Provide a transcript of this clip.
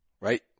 right